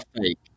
Fake